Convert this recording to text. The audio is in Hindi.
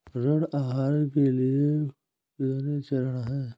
ऋण आहार के कुल कितने चरण हैं?